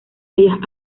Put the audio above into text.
bellas